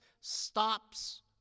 stops